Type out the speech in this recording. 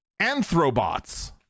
anthrobots